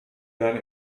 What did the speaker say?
dann